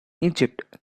egypt